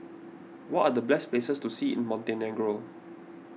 what are the best places to see in Montenegro